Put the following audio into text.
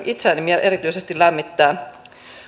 itseäni erityisesti lämmittää